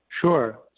Sure